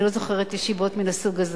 אני לא זוכרת ישיבות מן הסוג הזה.